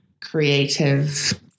creative